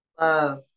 Love